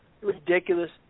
ridiculous